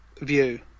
view